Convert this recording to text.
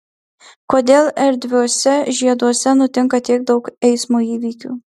kodėl erdviuose žieduose nutinka tiek daug eismo įvykių